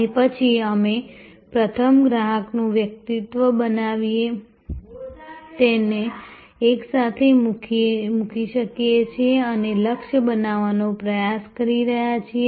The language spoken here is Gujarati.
અને પછી અમે પ્રથમ ગ્રાહકનું વ્યક્તિત્વ બનાવીને તેને એકસાથે મૂકી શકીએ છીએ અમે લક્ષ્ય બનાવવાનો પ્રયાસ કરી રહ્યા છીએ